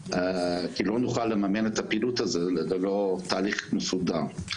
לא נוכל לממן את הפעילות הזו, זה לא תהליך מסודר.